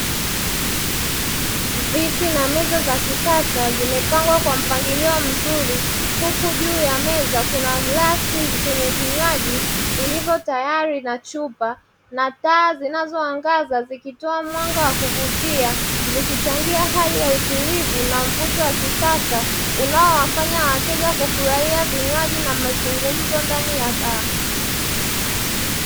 Viti na meza za kisasa zimepangwa kwa mpangilio mzuri, huku juu ya meza kuna glasi zenye vinywaji vilivyo tayari, na chupa. Na taa zinazoangaza zikitoa mwanga wa kuvutia, zikichangia hali ya utulivu na mvuto wa kisasa, unaowafanya wateja kufurahia vinywaji na mazungumzo ndani ya baa.